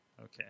Okay